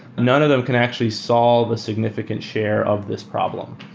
none of them can actually solve a significant share of this problem.